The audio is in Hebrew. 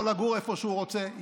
יכול לגור איפה שהוא רוצה,